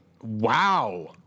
Wow